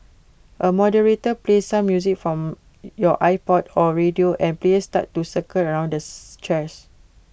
A moderator plays some music from your iPod or radio and players start to circle around the chairs